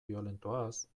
biolentoaz